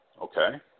Okay